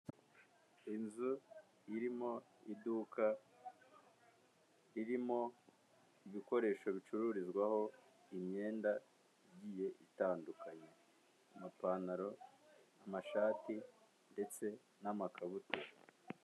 Inzu irimo iduka, irimo ibikoresho bicururizwaho imyenda igiye itandukanye, amapantaro, amashati ndetse n'amakabutura.